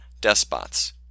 despots